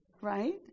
Right